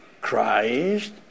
Christ